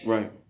Right